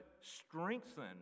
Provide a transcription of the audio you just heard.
strengthen